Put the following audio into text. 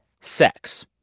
sex